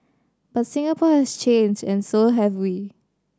but Singapore has changed and so have we